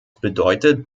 bedeutet